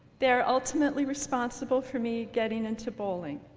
they are ultimately responsible for me getting into bowling.